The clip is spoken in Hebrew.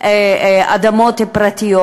אדמות פרטיות.